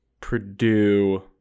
Purdue